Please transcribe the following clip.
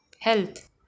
health